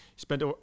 Spent